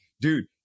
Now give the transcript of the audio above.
dude